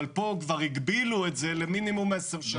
אבל פה הגבילו את זה ל 10 שנים.